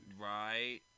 Right